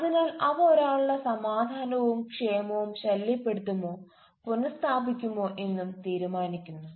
അതിനാൽ അവ ഒരാളുടെ സമാധാനവും ക്ഷേമവും ശല്യപ്പെടുത്തുമോ പുന സ്ഥാപിക്കുമോ എന്നും തീരുമാനിക്കുന്നു